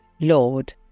Lord